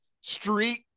street